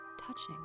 touching